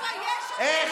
זה מביש אותי.